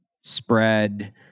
spread